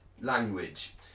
language